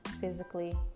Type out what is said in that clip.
physically